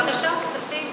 בבקשה, כספים.